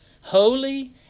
Holy